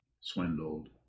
Swindled